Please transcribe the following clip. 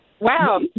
wow